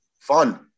Fun